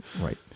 Right